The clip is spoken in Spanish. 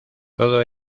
todo